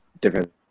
different